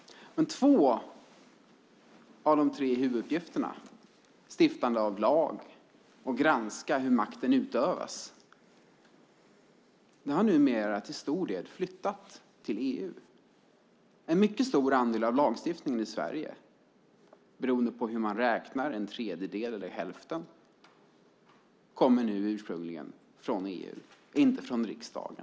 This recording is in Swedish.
Två av de tre huvuduppgifterna, stiftandet av lag och granskningen av hur makten utövas, har dock numera till stor del flyttat till EU. Beroende på hur man räknar kommer en tredjedel eller hälften av lagstiftningen i Sverige från EU och inte från riksdagen.